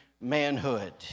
manhood